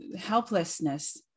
helplessness